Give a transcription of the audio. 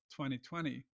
2020